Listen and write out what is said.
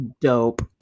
dope